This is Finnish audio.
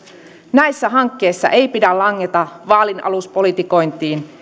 näissä hankkeissa ei pidä langeta vaalinaluspolitikointiin